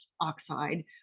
oxide